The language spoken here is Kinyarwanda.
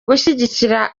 gushyigikira